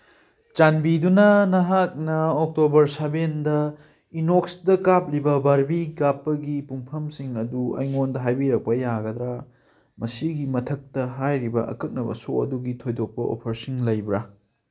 ꯆꯥꯟꯕꯤꯗꯨꯅ ꯅꯍꯥꯛꯅ ꯑꯣꯛꯇꯣꯕꯔ ꯁꯕꯦꯟꯗ ꯏꯅꯣꯛꯁꯇ ꯀꯥꯞꯂꯤꯕ ꯕꯥꯔꯕꯤ ꯀꯥꯞꯄꯒꯤ ꯄꯨꯡꯐꯝꯁꯤꯡ ꯑꯗꯨ ꯑꯩꯉꯣꯟꯗ ꯍꯥꯏꯕꯤꯔꯛꯄ ꯌꯥꯒꯗ꯭ꯔꯥ ꯃꯁꯤꯒꯤ ꯃꯊꯛꯇ ꯍꯥꯏꯔꯤꯕ ꯑꯀꯛꯅꯕ ꯁꯣ ꯑꯗꯨꯒꯤ ꯊꯣꯏꯗꯣꯛꯄ ꯑꯣꯐꯔꯁꯤꯡ ꯂꯩꯕ꯭ꯔꯥ